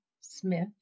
Smith